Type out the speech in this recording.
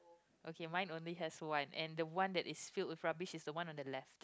okay mine only has one and the one that is filled with rubbish is the one on the left